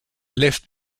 left